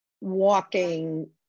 walking